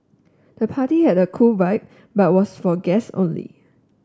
the party had a cool vibe but was for guests only